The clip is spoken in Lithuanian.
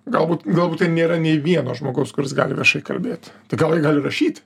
galbūt galbūt ten nėra nei vieno žmogaus kuris gali viešai kalbėt tai gal jie gali rašyt